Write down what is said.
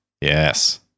Yes